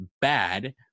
bad